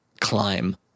climb